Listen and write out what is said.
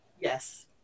Yes